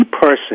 person